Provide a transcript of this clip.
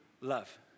love